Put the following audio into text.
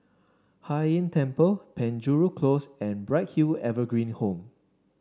Hai Inn Temple Penjuru Close and Bright Hill Evergreen Home